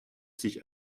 sich